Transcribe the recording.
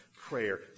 prayer